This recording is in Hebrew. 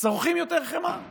צורכים יותר חמאה